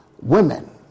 women